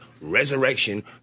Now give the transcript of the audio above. resurrection